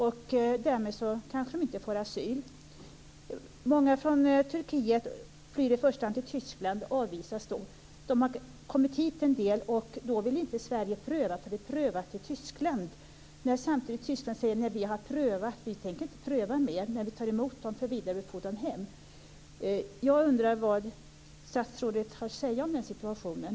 Därmed kanske de inte får asyl. Många från Turkiet flyr i första hand till Tyskland och avvisas då. En del av dem har kommit till Sverige, men Sverige vill inte pröva deras skäl eftersom de redan är prövade i Tyskland. Samtidigt säger Tyskland att man har prövat deras skäl och inte tänker pröva dem igen när man tar emot dem för vidare befordran hem.